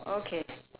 okay